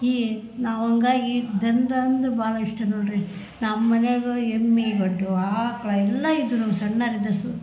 ಈ ನಾವು ಹಂಗಾಗಿ ಜನ್ರಂದ್ರೆ ಭಾಳ ಇಷ್ಟ ನೋಡಿರಿ ನಮ್ಮ ಮನಿಯಾಗೆ ಎಮ್ಮೆ ಬಟ್ಟು ಆಕಳ ಎಲ್ಲ ಇದ್ದು ನಾವು ಸಣ್ಣೋರಿಂದ ಸು